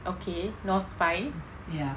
okay north spine